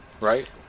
right